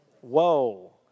Whoa